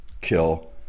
kill